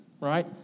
right